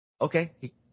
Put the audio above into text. Okay